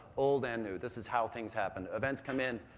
old and new. this is how things happen. events come in,